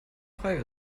frei